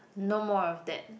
no more of that